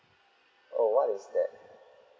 oh what is that